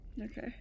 Okay